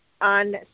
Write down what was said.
on